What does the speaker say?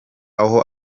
aho